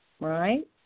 right